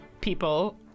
people